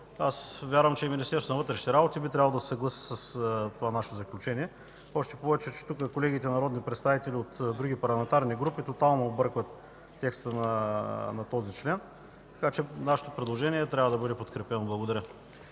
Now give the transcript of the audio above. Вярвам, че и Министерството на вътрешните работи би трябвало да се съгласи с това наше заключение. Още повече тук колегите народни представители от други парламентарни групи тотално объркват текста на този член, така че нашето предложение трябва да бъде подкрепено. Благодаря.